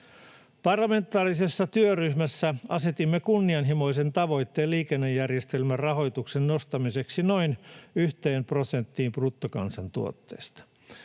Parlamentaarisessa työryhmässä asetimme kunnianhimoisen tavoitteen liikennejärjestelmän rahoituksen nostamiseksi noin 1 prosenttiin bruttokansantuotteesta.